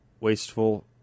wasteful